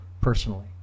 personally